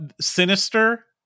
Sinister